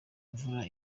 imvura